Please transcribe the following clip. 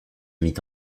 mit